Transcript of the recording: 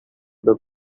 these